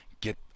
get